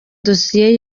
dosiye